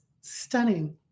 stunning